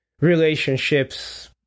relationships